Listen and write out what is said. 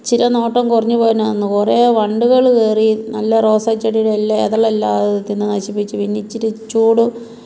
ഇച്ചിരി നോട്ടം കുറഞ്ഞു പോയതിനാണ് കുറേ വണ്ടുകൾ കയറി നല്ല റോസാച്ചെടിയുടെ എല്ലാ ഇതളെല്ലാം അത് തിന്നു നശിപ്പിച്ചു പിന്നെ ഇച്ചിരി ചൂട്